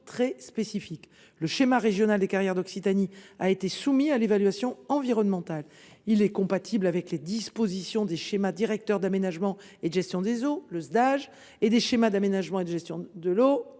spécifiques. Le schéma régional des carrières d’Occitanie a ainsi été soumis à évaluation environnementale. Il est compatible avec les dispositions des schémas directeurs d’aménagement et de gestion des eaux (Sdage) et des schémas d’aménagement et de gestion de l’eau